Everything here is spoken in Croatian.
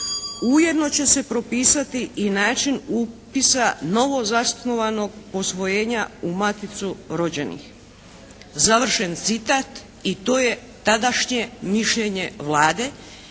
Ujedno će se propisati i način upisa novozasnovanog posvojenja u maticu rođenih." Završen citat i to je tadašnje mišljenje Vlade